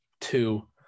two